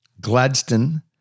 Gladstone